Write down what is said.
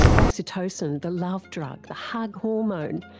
oxytocin, the love drug, the hug hormone.